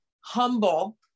humble